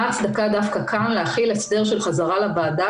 מה ההצדקה דווקא כאן להחיל הסדר של חזרה לוועדה